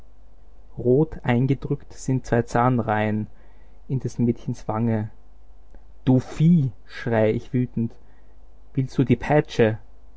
rot eingedrückt sind zwei zahnreihen in des mädchens wange du vieh schreie ich wütend willst du die peitsche